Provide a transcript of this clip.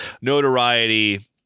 notoriety